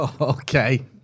Okay